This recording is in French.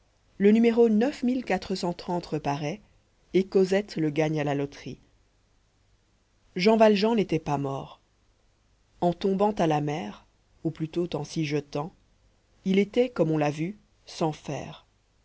le numéro reparaît et cosette le gagne à la loterie jean valjean n'était pas mort en tombant à la mer ou plutôt en s'y jetant il était comme on l'a vu sans fers